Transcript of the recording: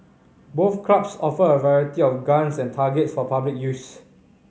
both clubs offer a variety of guns and targets for public use